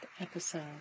episode